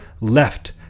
left